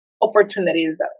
opportunities